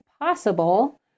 possible